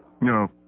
No